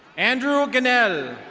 andrew gannell.